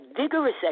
vigorous